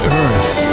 earth